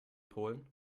polen